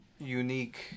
unique